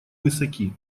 высоки